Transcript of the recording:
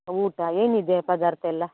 ಊಟ ಏನಿದೆ ಪದಾರ್ಥ ಎಲ್ಲ